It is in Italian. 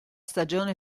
stagione